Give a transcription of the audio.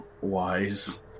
wise